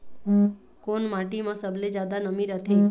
कोन माटी म सबले जादा नमी रथे?